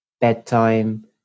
bedtime